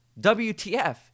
WTF